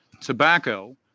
tobacco